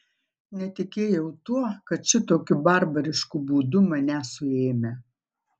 netikėjau tuo kad šitokiu barbarišku būdu mane suėmę